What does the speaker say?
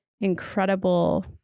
incredible